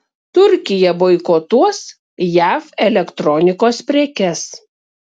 turkija boikotuos jav elektronikos prekes